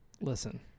Listen